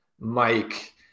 Mike